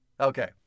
Okay